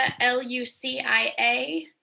L-U-C-I-A